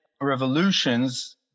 revolutions